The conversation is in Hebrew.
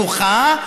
בתוכה,